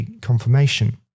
confirmation